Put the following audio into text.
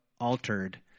altered